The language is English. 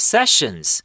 Sessions